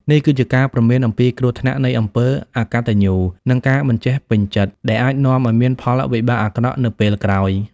នេះគឺជាការព្រមានអំពីគ្រោះថ្នាក់នៃអំពើអកតញ្ញូ និងការមិនចេះពេញចិត្ត ដែលអាចនាំឲ្យមានផលវិបាកអាក្រក់នៅពេលក្រោយ។